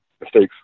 mistakes